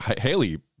Haley